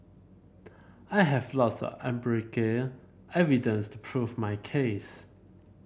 I have lots empirical evidence to prove my case